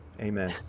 amen